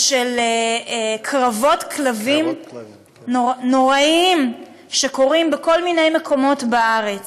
או של קרבות כלבים נוראיים בכל מיני מקומות בארץ.